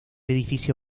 edificio